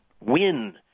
win